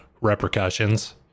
repercussions